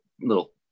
little